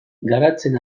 garatzen